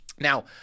Now